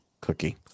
cookie